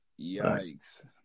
Yikes